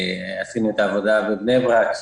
עשינו את העבודה בבני-ברק,